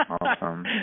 Awesome